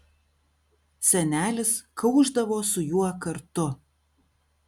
senelis kaušdavo su juo kartu